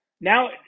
Now